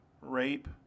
rape